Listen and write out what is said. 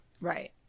Right